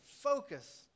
focus